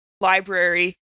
library